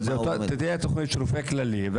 אתה יודע את התוכנית של רופא כללי.